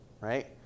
Right